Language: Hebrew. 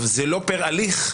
זה לא פר הליך,